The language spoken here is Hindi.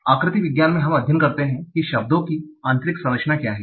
आकृति विज्ञान में हम अध्ययन करते हैं कि शब्दों की आंतरिक संरचना क्या है